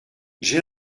j’ai